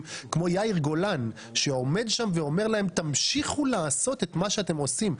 כמו יאיר גולן שעומד שם ואומר להם תמשיכו לעשות את מה שאתם עושים.